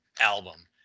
album